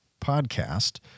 podcast